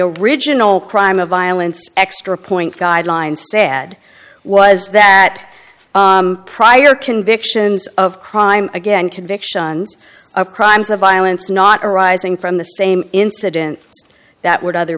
original crime of violence extra point guidelines sad was that prior convictions of crime again convictions of crimes of violence not arising from the same incident that would either